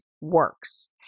works